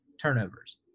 turnovers